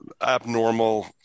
Abnormal